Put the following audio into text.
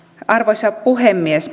arvoisa puhemies